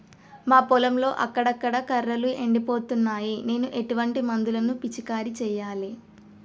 మా పొలంలో అక్కడక్కడ కర్రలు ఎండిపోతున్నాయి నేను ఎటువంటి మందులను పిచికారీ చెయ్యాలే?